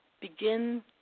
begin